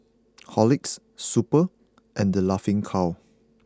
Horlicks Super and The Laughing Cow